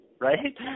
Right